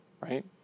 right